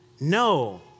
No